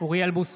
אוריאל בוסו,